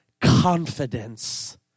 confidence